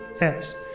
yes